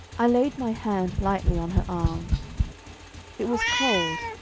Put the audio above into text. i laid my hand lightly on her arm it was cold,